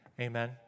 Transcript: Amen